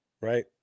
right